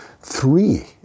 three